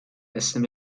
essen